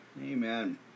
Amen